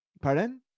Pardon